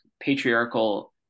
patriarchal